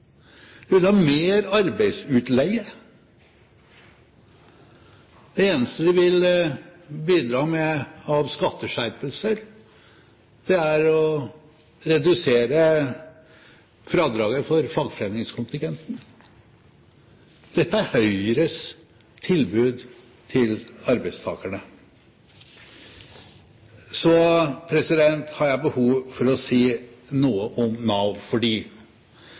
vil ha mer arbeidsutleie. Det eneste de vil bidra med av skatteskjerpelser, er å redusere fradraget for fagforeningskontingenten. Dette er Høyres tilbud til arbeidstakerne. Så har jeg behov for å si noe om Nav,